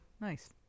Nice